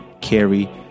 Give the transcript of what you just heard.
carry